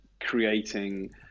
creating